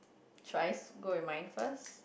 Thrice go with my first